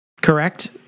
Correct